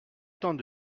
temps